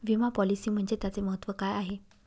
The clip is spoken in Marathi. विमा पॉलिसी आणि त्याचे महत्व काय आहे?